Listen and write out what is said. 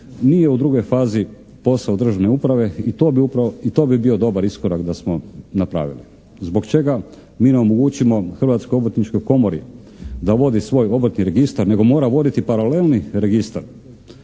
nije u drugoj fazi posao državne uprave i to bi bio dobar iskorak da smo napravili. Zbog čega mi ne omogućimo Hrvatskoj obrtničkoj komori da vodi svoj obrtni registar nego mora voditi paralelni registar?